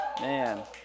Man